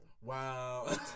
Wow